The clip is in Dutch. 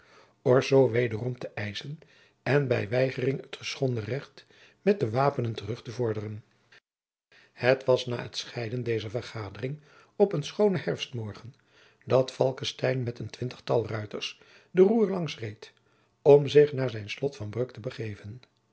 orsoy wederom te eischen en bij weigering het geschonden recht met de wapenen terug te vorderen het was na het scheiden dezer vergadering op een schoonen herfstmorgen dat falckestein met een twintigtal ruiters de roer langs reed om zich naar zijn slot van bruck te begeven